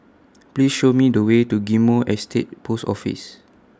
Please Show Me The Way to Ghim Moh Estate Post Office